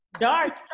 dark